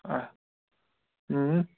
آہ